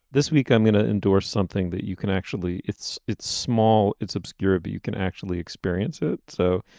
this week i'm going to endure something that you can actually it's it's small. it's obscure but you can actually experience it so